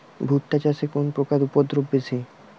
ভুট্টা চাষে কোন পোকার উপদ্রব বেশি?